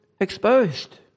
exposed